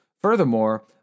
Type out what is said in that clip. Furthermore